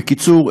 בקיצור,